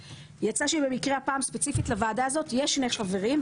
אז יצא שבמקרה הפעם ספציפית לוועדה הזאת יש שני חברים,